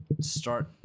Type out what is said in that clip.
start